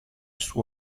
suo